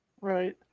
Right